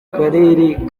karere